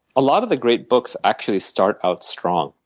a lot of the great books actually start out strong.